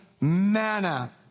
manna